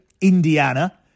Indiana